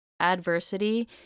adversity